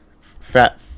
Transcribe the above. Fat